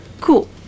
Cool